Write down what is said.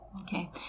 okay